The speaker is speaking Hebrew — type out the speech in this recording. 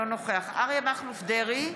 אינו נוכח אריה מכלוף דרעי,